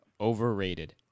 overrated